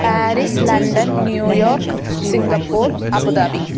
Paris London New York Singapore Abu Dhabi